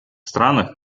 странах